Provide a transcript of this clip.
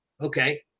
Okay